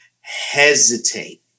hesitate